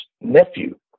nephew